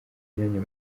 myanya